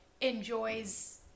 enjoys